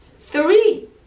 Three